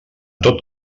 tot